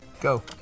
Go